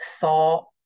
thought